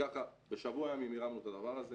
וככה בשבוע ימים הרמנו את הדבר הזה,